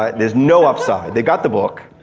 ah there's no upside. they got the book.